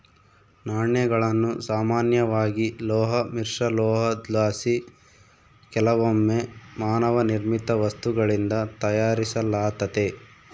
ನಾಣ್ಯಗಳನ್ನು ಸಾಮಾನ್ಯವಾಗಿ ಲೋಹ ಮಿಶ್ರಲೋಹುದ್ಲಾಸಿ ಕೆಲವೊಮ್ಮೆ ಮಾನವ ನಿರ್ಮಿತ ವಸ್ತುಗಳಿಂದ ತಯಾರಿಸಲಾತತೆ